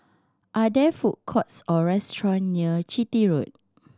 are there food courts or restaurants near Chitty Road